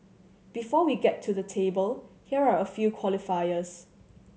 before we get to the table here are a few qualifiers